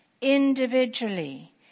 individually